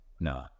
no